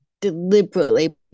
deliberately